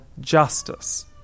justice